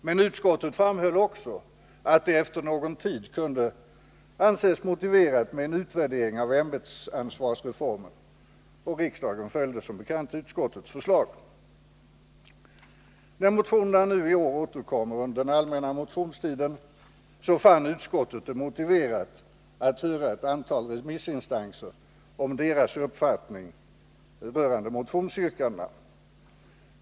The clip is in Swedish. Men utskottet framhöll också att det efter någon tid kunde vara motiverat med en utvärdering av ämbetsansvarsreformen. Riksdagen följde som bekant utskottets förslag. När motionerna i år återkom under den allmänna motionstiden fann utskottet det motiverat att höra ett antal remissinstanser om deras uppfattning rörande motionsyrkandena.